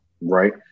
right